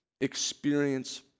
experience